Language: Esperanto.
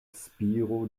spiro